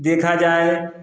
देखा जाए